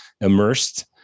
immersed